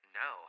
no